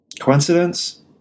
Coincidence